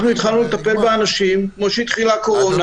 אנחנו התחלנו לטפל באנשים כשהתחילה הקורונה.